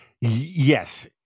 Yes